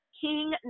King